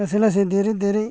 लासै लासै देरै देरै